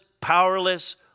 powerless